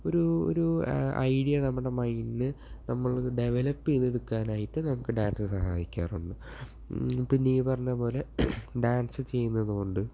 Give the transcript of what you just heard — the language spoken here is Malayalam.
ഒരു ഒരു ഐഡിയ നമ്മുടെ മൈൻഡിന് നമ്മളത് ഡെവലപ് ചെയ്തെടുക്കാനായിട്ട് നമുക്ക് ഡാൻസ് സഹായിക്കാറുണ്ട് പിന്നെ ഈ പറഞ്ഞതു പോലെ ഡാൻസ് ചെയ്യുന്നതു കൊണ്ട്